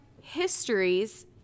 histories